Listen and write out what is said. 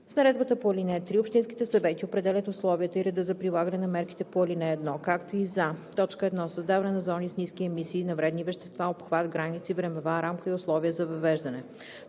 С Наредбата по ал. 3 общинските съвети определят условията и реда за прилагане на мерките по ал. 1, както и за: 1. създаване на зони с ниски емисии на вредни вещества, обхват, граници, времева рамка и условия за въвеждане;